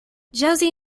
josie